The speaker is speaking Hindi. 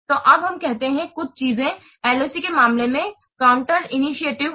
तो अब हम कहते हैं कि कुछ चीजें LOC के मामले में काउंटर इन्टुइटीवे हैं